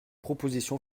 proposition